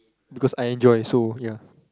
because I enjoy so ya